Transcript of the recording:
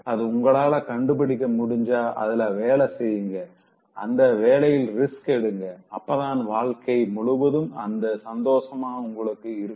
அத உங்களால கண்டுபிடிக்க முடிஞ்சா அதுல வேல செய்ங்க அந்த வேலையில் ரிஸ்க் எடுங்க அப்பதான் வாழ்க்கை முழுவதும் அந்த சந்தோஷம் உங்களுக்கு இருக்கும்